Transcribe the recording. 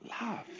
love